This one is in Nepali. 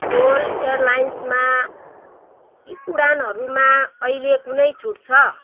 गोल्ड एयरलाइन्समा उडानहरूमा अहिले कुनै छुट छ